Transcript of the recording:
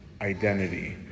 identity